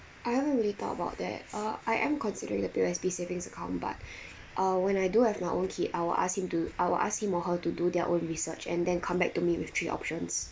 I haven't really thought about that uh I am considering the P_O_S_B savings account but uh when I do have my own kid I will ask him to I will ask him or her to do their own research and then come back to me with three options